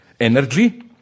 energy